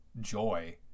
joy